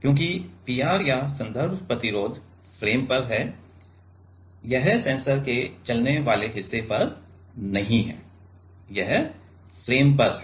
क्योंकि P r या संदर्भ प्रतिरोध फ्रेम पर है यह सेंसर के चलने वाले हिस्से पर नहीं है यह फ्रेम पर है